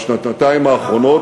בשנתיים האחרונות,